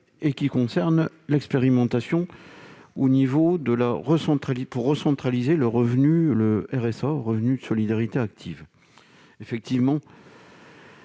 qui concerne l'expérimentation de la recentralisation du revenu de solidarité active,